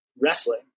wrestling